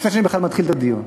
לפני שאני בכלל מתחיל את הדיון,